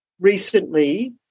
recently